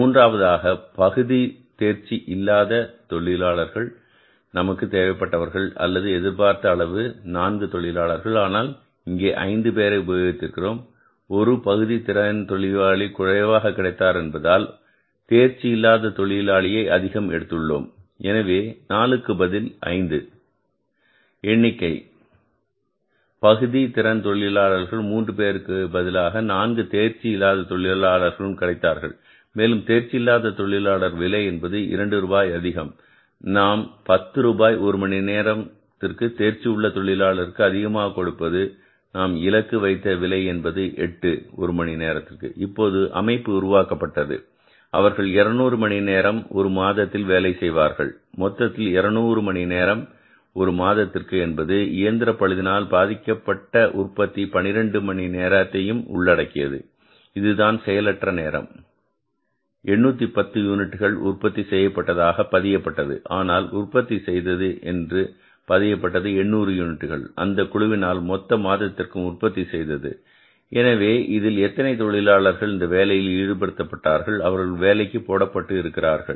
மூன்றாவதாக பகுதி தேர்ச்சி இல்லாத தொழிலாளர்கள் நமக்கு தேவைப்பட்டவர்கள் அல்லது எதிர்பார்த்த அளவு 4 தொழிலாளர்கள் ஆனால் இங்கே 5 பேரை உபயோகித்து இருக்கிறோம் ஒரு பகுதி திறன் தொழிலாளி குறைவாக கிடைத்தார் என்பதினால் எனவே ஒரு தேர்ச்சி இல்லாத தொழிலாளியை அதிகம் எடுத்துள்ளோம் எனவே அது 4 க்கு பதில் 5 எண்ணிக்கையாக பகுதி திறன் தொழிலாளர்களும் 3 பேருக்கு பதிலாக 4 தேர்ச்சி இல்லாத தொழிலாளர்களும் கிடைத்தார்கள் மேலும் தேர்ச்சி இல்லாத தொழிலாளர் விலை என்பதும் ரூபாய் 2 அதிகம் நாம் பத்து ரூபாய் ஒரு மணி நேரத்திற்கு தேர்ச்சி உள்ள தொழிலாளருக்கு அதிகமாக கொடுப்பது நாம் இலக்கு வைத்த விலை என்பது ரூபாய் 8 ஒரு மணி நேரத்திற்கு இப்போது அமைப்பு உருவாக்கப்பட்டது அவர்கள் 200 மணி நேரம் ஒரு மாதத்தில் வேலை செய்வார்கள் மொத்தம் 200 மணி நேரம் ஒரு மாதத்திற்கு என்பது இயந்திர பழுது நேரத்தினால் பாதிக்கப்பட்ட உற்பத்தி 12 மணி நேரத்தையும் உள்ளடக்கியது இதுதான் செயல் அற்ற நேரம் 810 யூனிட்டுகள் உற்பத்தி செய்ததாக பதியப்பட்டது ஆனால் உற்பத்தி செய்தது என்று பதியப்பட்டது 800 யூனிட்டுகள் அந்த குழுவினால் மொத்த மாதத்திற்கும் உற்பத்தி செய்தது எனவே இதில் எத்தனை தொழிலாளர்கள் இந்த வேலையில் ஈடுபடுத்தப்படுகிறார்கள் அவர்கள் வேலைக்கு போடப்பட்டு இருக்கிறார்கள்